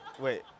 wait